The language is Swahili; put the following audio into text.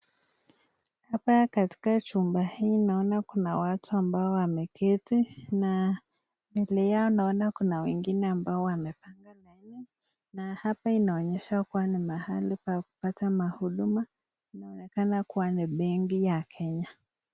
Hapa katika chumba hii naona kuna watu ambao wameketi na mbele yao naona kuna wengine ambao wamepanga laini na hapa inaonyesha kuwa ni mahali pa kupata mahuduma, inaonekena kuwa ni benki ya Kenya.